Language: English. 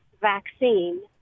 vaccine